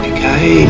Okay